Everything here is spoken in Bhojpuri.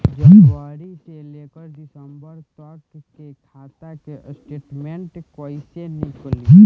जनवरी से लेकर दिसंबर तक के खाता के स्टेटमेंट कइसे निकलि?